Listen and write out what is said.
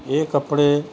ਇਹ ਕੱਪੜੇ